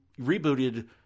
rebooted